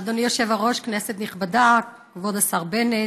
אדוני היושב-ראש, כנסת נכבדה, כבוד השר בנט,